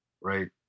right